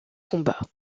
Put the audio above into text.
combat